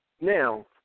Now